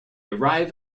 arrive